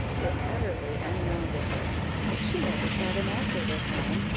were utterly unknown to her she never saw them acted upon,